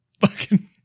fucking-